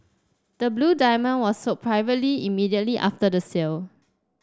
the blue diamond was sold privately immediately after the sale